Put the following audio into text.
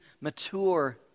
mature